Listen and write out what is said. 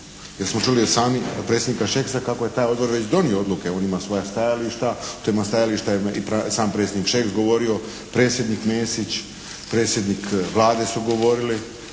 jer smo čuli sami od predsjednika Šeksa kako je taj odbor već donio odluke. On ima svoja stajališta. O tim stajalištima je i sam predsjednik Šeks govorio, predsjednik Mesić, predsjednik Vlade su govorili.